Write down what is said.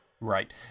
Right